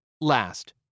Last